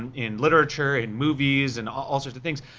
in literature, in movies, in all sorts of things,